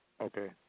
Okay